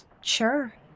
sure